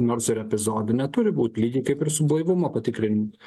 nors ir epizodinė turi būt lygiai kaip ir su blaivumo patikrinimu